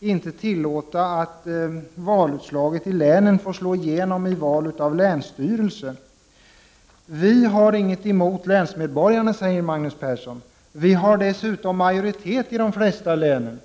inte vill tillåta att valresultatet i länen får slå igenom vid val av länsstyrelse. Vi har ingenting emot länsmedborgarna, säger Magnus Persson. Vi har dessutom majoritet i de flesta länen,